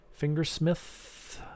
Fingersmith